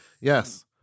yes